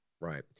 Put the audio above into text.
Right